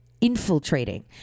Infiltrating